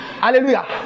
Hallelujah